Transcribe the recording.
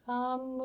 Come